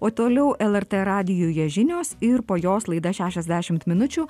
o toliau lrt radijuje žinios ir po jos laida šešiasdešimt minučių